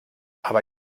aber